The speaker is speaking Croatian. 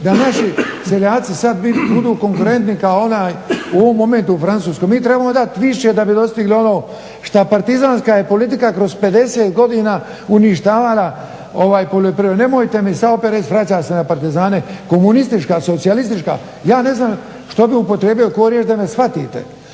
da naši seljaci sad budu konkurenti kao onaj u ovom momentu u Francuskoj. Mi trebamo dati više da bi dostigli ono šta, partizanska je politika kroz 50 godina uništavala poljoprivredu. Nemojte mi sad opet reći vraćaš se na partizane, komunistička, socijalistička, ja ne znam što bi upotrijebio, koju riječ da me shvatite.